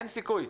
אין סיכוי.